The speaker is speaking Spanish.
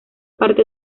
parte